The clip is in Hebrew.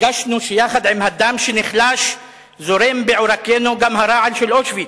הרגשנו שיחד עם הדם שנחלש זורם בעורקינו גם הרעל של אושוויץ: